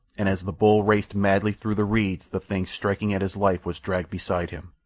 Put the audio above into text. and as the bull raced madly through the reeds the thing striking at his life was dragged beside him.